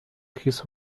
his